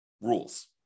rules